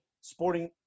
sporting